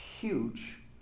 huge